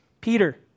Peter